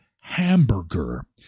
hamburger